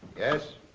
yes?